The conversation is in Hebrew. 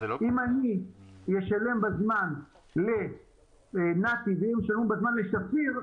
אם אני אשלם בזמן לנת"י והם ישלמו בזמן לשפיר,